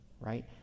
right